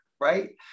Right